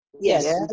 Yes